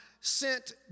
sent